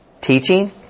teaching